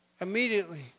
Immediately